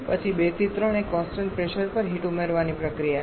પછી 2 થી 3 એ કોન્સટંટ પ્રેશર પર હીટ ઉમેરવાની પ્રક્રિયા છે